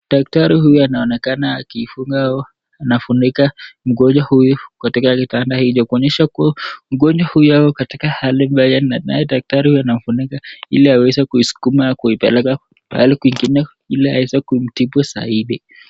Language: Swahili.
Daktari huyu anaonkana akifunga anafunika mgonjwa huyu katika kitanda hicho kuonyesha kuwa mgonjwa huyu ako katika hali mbaya naye huyu daktari anafunika ili aweze kuisukuma kuipeleka pahali kwingine ili aweze kumtibu zaidi.